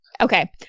Okay